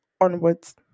onwards